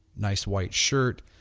nice white shirt,